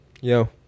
Yo